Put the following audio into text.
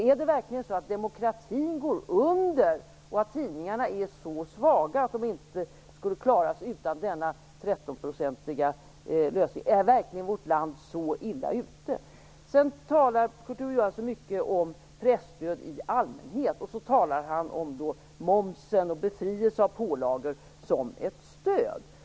Är det verkligen så att demokratin går under och att tidningarna är så svaga att de inte klarar sig utan denna 13-procentiga höjning? Är vårt land verkligen så illa ute? Kurt Ove Johansson talar mycket om presstöd i allmänhet. Han talar om momsen och om befrielser av pålagor som ett stöd.